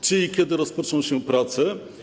Czy i kiedy rozpoczną się prace?